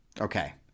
Okay